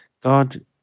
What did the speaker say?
God